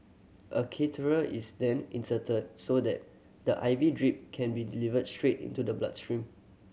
a catheter is then inserted so that the I V drip can be delivered straight into the blood stream